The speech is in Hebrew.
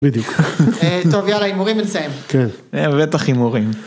בדיוק. טוב יאללה עם הורים נסיים. בטח עם הורים.